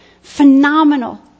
phenomenal